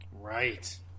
Right